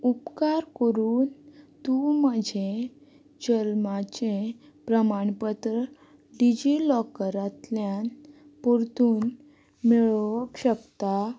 उपकार करून तूं म्हजें जल्माचें प्रमाणपत्र डिजिलॉकरांतल्यान परतून मेळो शकता